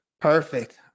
Perfect